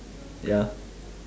ya